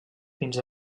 fins